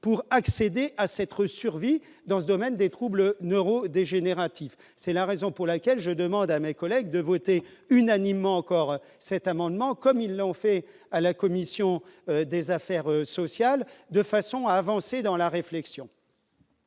pour accéder à cette rue survit dans ce domaine des troubles neuro-dégénérative, c'est la raison pour laquelle je demande à mes collègues de voter unanimement encore cet amendement comme ils l'ont fait à la commission des affaires sociales de façon à avancer dans la réflexion.